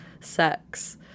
sex